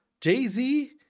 Jay-Z